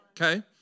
okay